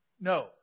No